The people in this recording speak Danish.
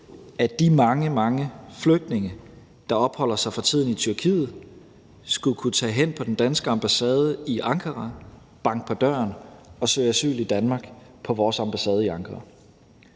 mange, mange flygtninge, der for tiden opholder sig i Tyrkiet, skulle kunne tage hen på den danske ambassade i Ankara og banke på døren og søge asyl i Danmark. For sandheden er